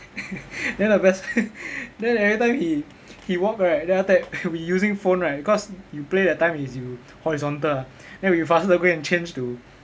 then the best then everytime he he walk right then after that we using phone right cause you play that time is you horizontal ah then we faster go and change to